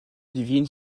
divine